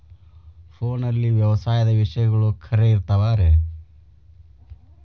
ಫೋನಲ್ಲಿ ವ್ಯವಸಾಯದ ವಿಷಯಗಳು ಖರೇ ಇರತಾವ್ ರೇ?